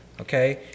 Okay